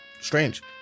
strange